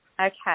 Okay